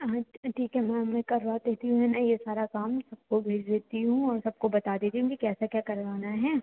हाँ ठीक है मैम मैं करवा देती हूँ है न ये सारा काम सबको भेज देती हूँ और सबको बता देती हूँ कि कैसे क्या करवाना है